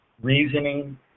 reasoning